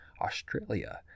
Australia